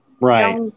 Right